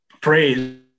praise